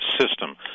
System